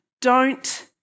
Don't